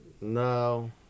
No